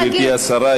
שלוש דקות, גברתי השרה.